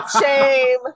shame